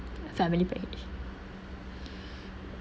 family package